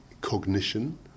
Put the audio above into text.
cognition